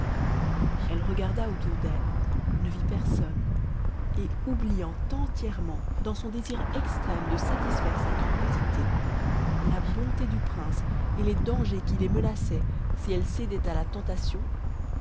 elle regarda autour d'elle ne vit personne et oubliant entièrement dans son désir extrême de satisfaire sa curiosité la bonté du prince et les dangers qui les menaçaient si elle cédait à la tentation